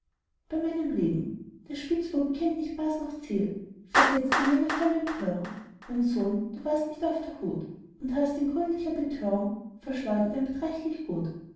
bei meinem leben der spitzbub kennt nicht maß noch ziel versetzte jener voll empörung mein sohn du warst nicht auf der hut und hast in gründlicher betörung verschleudert ein beträchtlich gut